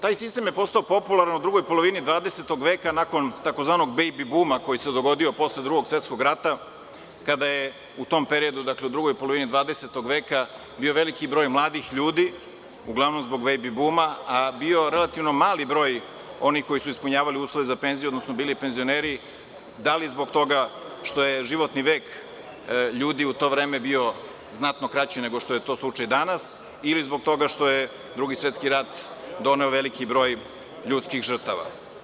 Taj sistem je postao popularan u drugoj polovini 20. veka, a nakon tzv. „bejbi buma“ koji se dogodio posle Drugog svetskog rata kada je u tom periodu, dakle u drugoj polovini 20. veka, bio veliki broj mladih ljudi, uglavnom zbog „bejbi buma“, a bio relativno mali broj onih koji su ispunjavali uslove za penziju, odnosno bili penzioneri, da li zbog toga što je životni vek ljudi u to vreme bio znatno kraći, nego što je to danas ili zbog toga što je Drugi svetski rad doneo veliki broj ljudskih žrtava.